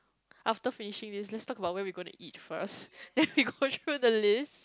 after finishing this let's talk about where we gonna eat first then we go through the list